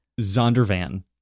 Zondervan